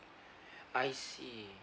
I see